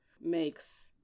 makes